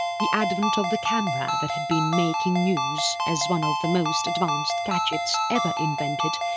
the advent of the camera that had been making news as one of the most advanced gadgets ever invented,